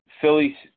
Philly